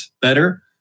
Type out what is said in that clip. better